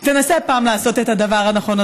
תנסה פעם לעשות את הדבר הנכון,